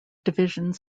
divisions